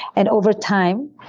and over time,